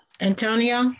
Antonio